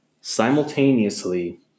simultaneously